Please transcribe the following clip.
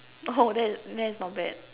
oh that is that is not bad